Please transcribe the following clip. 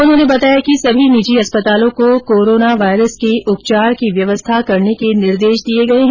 उन्होंने बताया कि सभी निजी अस्पतालों को कोरोना वायरस के उपचार की व्यवस्था करने के निर्देश दिए गए है